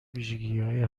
ویژگیهایی